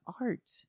art